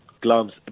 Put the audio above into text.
gloves